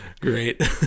Great